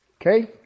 Okay